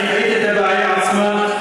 אני חייתי את הבעיה עצמה,